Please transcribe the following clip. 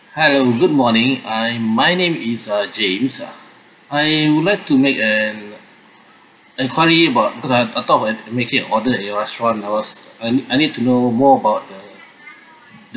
hello good morning I'm my name is uh james ah I would like to make an enquiry about because I I thought about making an order at your restaurant I was I I need to know more about the